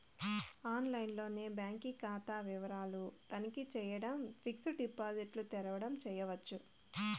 ఆన్లైన్లోనే బాంకీ కాతా వివరాలు తనఖీ చేయడం, ఫిక్సిడ్ డిపాజిట్ల తెరవడం చేయచ్చు